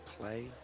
play